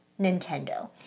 nintendo